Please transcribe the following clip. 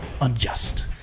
unjust